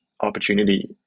opportunity